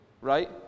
right